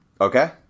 Okay